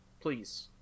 Please